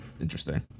interesting